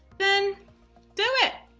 then do it,